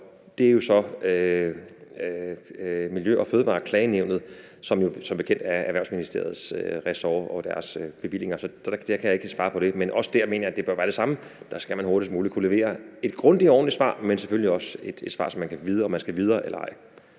det er jo så i Miljø- og Fødevareklagenævnet, der som bekendt er Erhvervsministeriets ressort, og deres bevillinger. Så det kan jeg ikke svare på, men også der mener jeg at det bør være det samme; der skal man hurtigst muligt kunne levere et grundigt og ordentligt svar, men selvfølgelig også et svar, så man kan vide, om man skal videre eller ej.